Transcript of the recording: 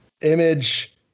Image